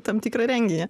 tam tikrą renginį